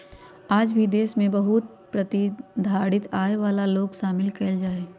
आज भी देश में बहुत ए प्रतिधारित आय वाला लोग शामिल कइल जाहई